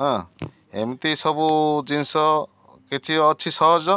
ହଁ ଏମିତି ସବୁ ଜିନିଷ କିଛି ଅଛି ସହଜ